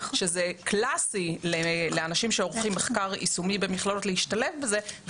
שזה קלאסי לאנשים שעורכים מחקר יישומי במכללות להשתלב בזה.